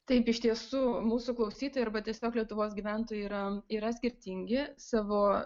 taip iš tiesų mūsų klausytojai arba tiesiog lietuvos gyventojai yra yra skirtingi savo